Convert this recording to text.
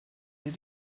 that